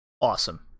Awesome